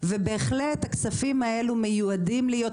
ובהחלט הכספים האלו מיועדים להיות.